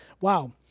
wow